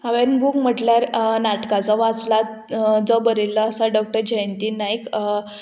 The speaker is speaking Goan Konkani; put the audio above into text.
हांवें बूक म्हटल्यार नाटकाचो वाचला जो बरयल्लो आसा डॉक्टर जयंती नायक